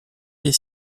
des